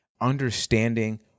understanding